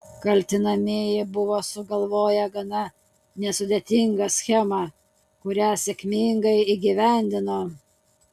kaltinamieji buvo sugalvoję gana nesudėtingą schemą kurią sėkmingai įgyvendino